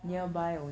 orh